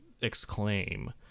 exclaim